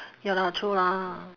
ya lah true lah